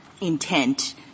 intent